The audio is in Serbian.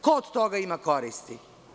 Ko od toga ima koristi?